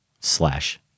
slash